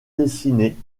dessinée